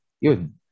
yun